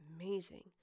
amazing